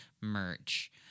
merch